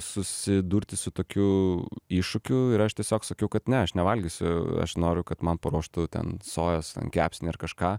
susidurti su tokiu iššūkiu ir aš tiesiog sakiau kad ne aš nevalgysiu aš noriu kad man paruoštų ten sojos ten kepsnį ar kažką